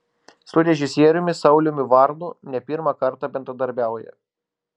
su režisieriumi sauliumi varnu ne pirmą kartą bendradarbiauja